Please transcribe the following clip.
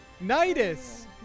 Nidus